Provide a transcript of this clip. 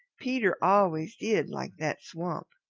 peter always did like that swamp.